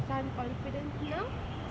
sun confident now